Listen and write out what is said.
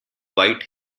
white